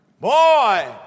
Boy